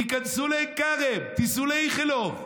תיכנסו לעין כרם, תיסעו לאיכילוב,